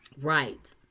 Right